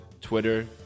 Twitter